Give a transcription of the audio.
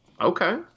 Okay